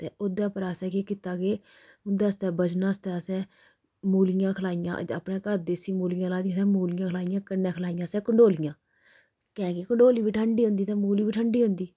ते ओह्दे उप्पर असें केह् कीता कि उं'दे आस्तै बचने आस्तै असें मूलियां खलाइयां ते अपने घर देसी मूलियां लाई दियां हियां ते मूलियां खलाइयां ते कन्नै खलाइयां असें कंडोलियां कैंह् कि कंडोली बी ठंडी होंदी ते मूली बी ठंडी होंदी